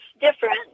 different